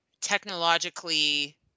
technologically